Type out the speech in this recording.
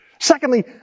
Secondly